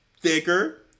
thicker